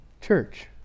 Church